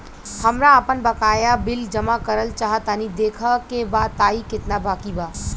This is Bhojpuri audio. हमरा आपन बाकया बिल जमा करल चाह तनि देखऽ के बा ताई केतना बाकि बा?